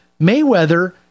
Mayweather